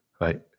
right